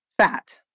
fat